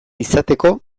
izateko